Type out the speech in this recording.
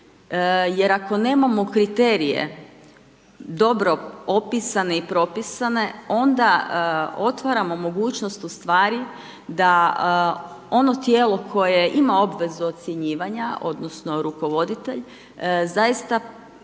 jer ako nemamo kriterije dobro opisane i propisane onda otvaramo mogućnost ustvari da ono tijelo koje ima obvezu ocjenjivanja, odnosno rukovoditelj zaista puno